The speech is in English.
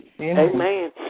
Amen